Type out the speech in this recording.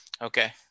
Okay